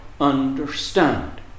understand